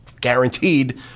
guaranteed